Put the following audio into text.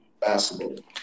basketball